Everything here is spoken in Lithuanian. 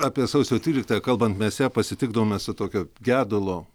apie sausio tryliktąją kalbant mes ją pasitikdavome su tokio gedulo